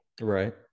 Right